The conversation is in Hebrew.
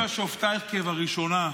"אשיבה שפטיך כבראשנה".